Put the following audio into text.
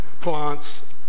plants